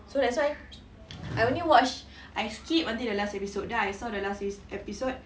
so that's why I only watch I skip until the last episode then I saw the last epi~ episode